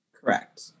Correct